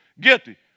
Guilty